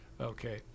okay